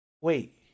wait